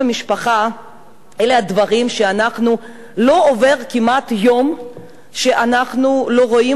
לא עובר כמעט יום שאנחנו לא רואים ולא